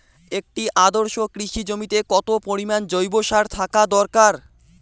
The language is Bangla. একটি আদর্শ কৃষি জমিতে কত পরিমাণ জৈব সার থাকা দরকার?